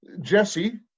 Jesse